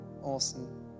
awesome